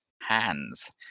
hands